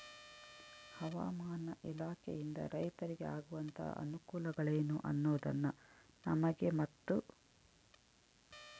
ಹವಾಮಾನ ಇಲಾಖೆಯಿಂದ ರೈತರಿಗೆ ಆಗುವಂತಹ ಅನುಕೂಲಗಳೇನು ಅನ್ನೋದನ್ನ ನಮಗೆ ಮತ್ತು?